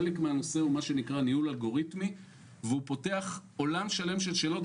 חלק מהנושא הוא ניהול אלגוריתמי והוא פותח עולם שלם של שאלות,